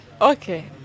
okay